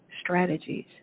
strategies